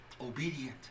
Obedient